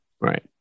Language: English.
right